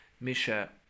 Misha